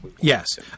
Yes